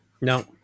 No